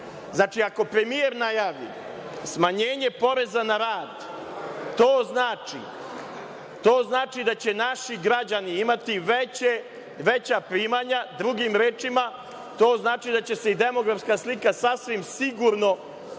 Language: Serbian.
znači, ako premijer najavi smanjenje poreza na rad, to znači da će naši građani imati veća primanja, drugim rečima to znači da će se i demografska slika sasvim sigurno